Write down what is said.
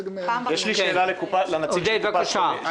סך הכול,